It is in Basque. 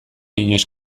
inoiz